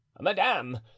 madame